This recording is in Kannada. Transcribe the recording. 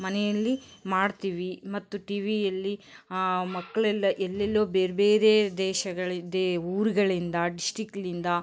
ಮನೆಯಲ್ಲಿ ಮಾಡ್ತೀವಿ ಮತ್ತು ಟಿವಿಯಲ್ಲಿ ಮಕ್ಕಳೆಲ್ಲ ಎಲ್ಲೆಲ್ಲೋ ಬೇರೆ ಬೇರೆ ದೇಶಗಳಿದೆ ಊರುಗಳಿಂದ ಡಿಸ್ಟಿಕ್ನಿಂದ